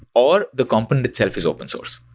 or the component itself is open source.